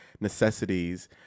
necessities